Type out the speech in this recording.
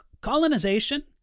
Colonization